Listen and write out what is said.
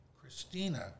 Christina